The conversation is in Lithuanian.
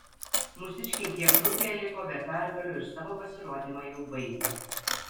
mūsiškiai g grupėje liko be pergalių ir savo pasirodymą jau baigė